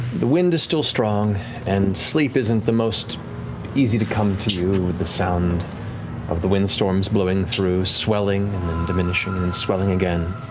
the wind is still strong and sleep isn't the most easy to come to you with the sound of the windstorms blowing through, swelling and diminishing and then and swelling again.